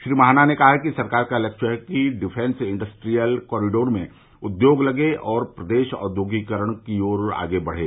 श्री महाना ने कहा कि सरकार का लक्ष्य है कि डिफेंस इंडस्ट्रीयल कॉरिडोर में उद्योग लगे और प्रदेश औद्योगीकरण की ओर आगे बढ़े